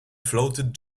floated